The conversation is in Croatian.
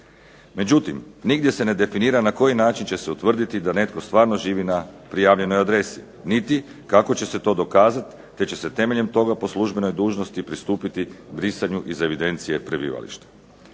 Međutim, nigdje se ne definira na koji način će se utvrditi da netko stvarno živi na prijavljenoj adresi niti kako će se to dokazati te će se temeljem toga po službenoj dužnosti pristupiti brisanju iz evidencije prebivališta.